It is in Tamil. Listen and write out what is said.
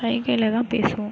சைகையில்தான் பேசுவோம்